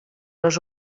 les